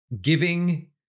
giving